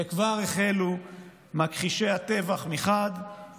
וכבר החלו מכחישי הטבח מצד אחד,